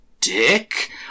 dick